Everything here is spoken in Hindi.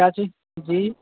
क्या चीज जी